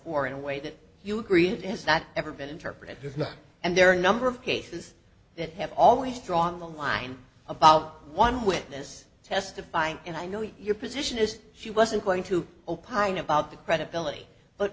four in a way that you agree it is that ever been interpreted is not and there are a number of cases that have always drawn the line about one witness testifying and i know your position is she wasn't going to opine about the credibility but